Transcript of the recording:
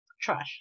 trash